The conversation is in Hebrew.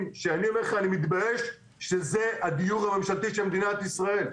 שאני מתבייש שזה הדיור הממשלתי של מדינת ישראל.